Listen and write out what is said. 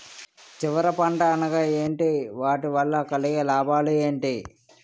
చివరి పంట అనగా ఏంటి వాటి వల్ల కలిగే లాభాలు ఏంటి